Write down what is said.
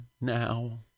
now